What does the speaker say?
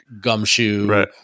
gumshoe –